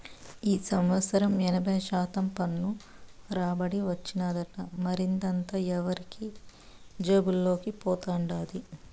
ఈ సంవత్సరం ఎనభై శాతం పన్ను రాబడి వచ్చినాదట, మరదంతా ఎవరి జేబుల్లోకి పోతండాది